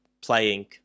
playing